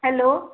hello